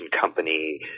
company